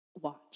watch